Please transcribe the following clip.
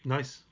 Nice